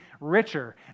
richer